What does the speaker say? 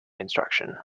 instruction